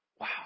Wow